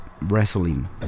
wrestling